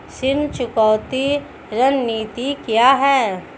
ऋण चुकौती रणनीति क्या है?